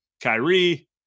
Kyrie